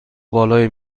بالای